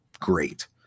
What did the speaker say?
great